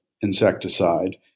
insecticide